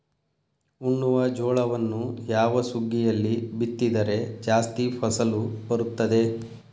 ಉಣ್ಣುವ ಜೋಳವನ್ನು ಯಾವ ಸುಗ್ಗಿಯಲ್ಲಿ ಬಿತ್ತಿದರೆ ಜಾಸ್ತಿ ಫಸಲು ಬರುತ್ತದೆ?